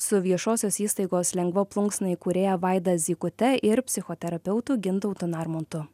su viešosios įstaigos lengva plunksna įkūrėja vaida zykute ir psichoterapeutu gintautu narmontu